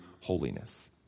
holiness